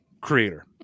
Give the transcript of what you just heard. creator